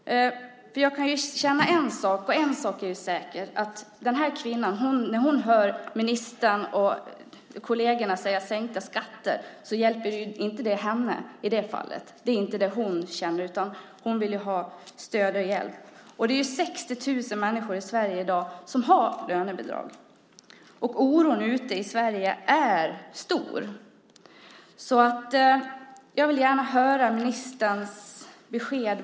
En sak är säker: När den här kvinnan hör ministern och hans kolleger tala om sänkta om skatter är det inget som berör henne. Hon vill ha stöd och hjälp. Det är i dag 60 000 människor i Sverige som har lönebidrag. Oron ute i landet är stor. Jag vill gärna höra ministerns besked.